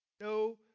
no